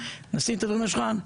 בוא נשים את הדברים על השולחן,